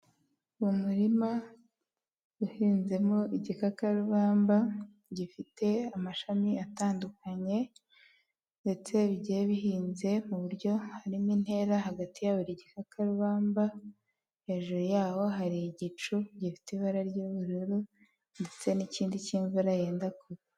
Umurima uhinzemo igikakarubamba gifite amashami atandukanye ndetse bigiye bihinze mu buryo harimo intera hagati ya buri gikabamba, hejuru yaho hari igicu gifite ibara ry'ubururu ndetse n'ikindi cy'imvura yenda kurwa.